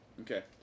Okay